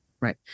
right